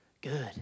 Good